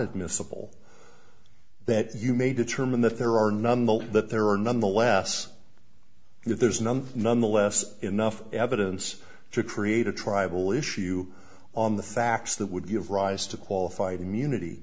admissible that you may determine that there are number that there are nonetheless if there's none none the less enough evidence to create a tribal issue on the facts that would give rise to qualified immunity